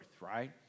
right